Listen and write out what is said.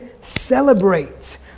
celebrate